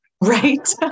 Right